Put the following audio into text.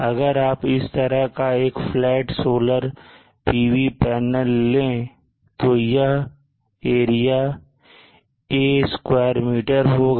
अगर आप इस तरह का एक फ्लैट सोलर PV पैनल ले तो यह एरिया A स्क्वायर मीटर होगा